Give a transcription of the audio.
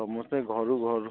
ସମସ୍ତେ ଘରୁ ଘର